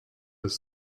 with